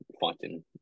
fighting